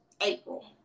April